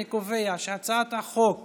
אני קובע שהצעת חוק